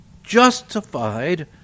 justified